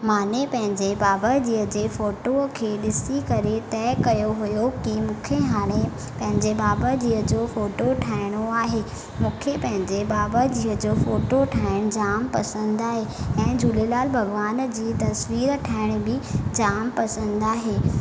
माने पंहिंजे बाबा जीअ जे फ़ोटूअ खे ॾिसी करे तइ कयो वियो की मूंखे हाणे पंहिंजे बाबा जीअ जो फ़ोटो ठाहिणो आहे मूंखे पंहिंजे बाबा जीअ जो फ़ोटो ठाहीनि जाम पसंदि आहे ऐं झूलेलाल भॻिवान जी तस्वीर ठाहिण बि जाम पसंदि आहे